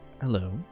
Hello